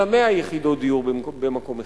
אלא 100 יחידות דיור במקום אחד.